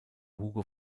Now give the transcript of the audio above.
hugo